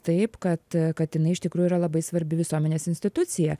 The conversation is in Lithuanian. taip kad kad jinai iš tikrųjų yra labai svarbi visuomenės institucija